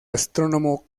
astrónomo